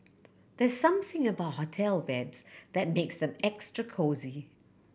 there's something about hotel beds that makes them extra cosy